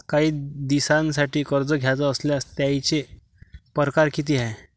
कायी दिसांसाठी कर्ज घ्याचं असल्यास त्यायचे परकार किती हाय?